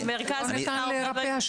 מרכז המחקר --- לא ניתן לרפא,